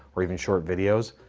or even short videos,